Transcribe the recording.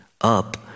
up